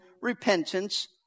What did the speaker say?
repentance